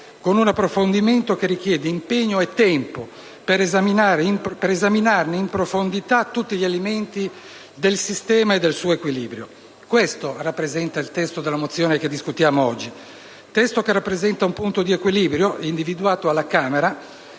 con un approfondimento che richiede impegno e tempo per esaminare in profondità tutti gli elementi del sistema e del suo equilibrio. Questo rappresenta il testo della mozione che discutiamo oggi. Tale testo rappresenta un punto di equilibrio, individuato alla Camera